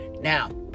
Now